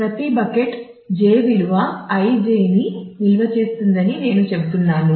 ప్రతి bucket j విలువ ij ని నిల్వ చేస్తుందని నేను చెబుతున్నాను